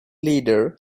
leader